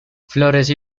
florece